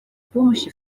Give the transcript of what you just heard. помощи